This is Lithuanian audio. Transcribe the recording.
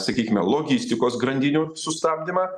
sakykime logistikos grandinių sustabdymą